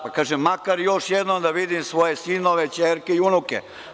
Pa, kaže – makar još jednom da vidim svoje sinove, ćerke i unuke.